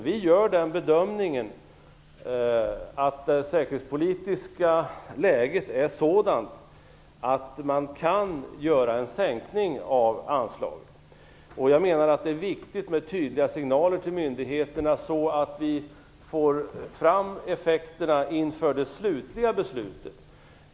Vi gör den bedömningen att det säkerhetspolitiska läget är sådant, att man kan sänka anslaget. Jag menar att det är viktigt med tydliga signaler till myndigheterna så att vi får fram effekterna inför det slutliga beslutet.